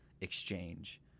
exchange